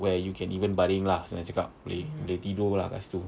where you can even baring lah senang cakap boleh boleh tidur lah kat situ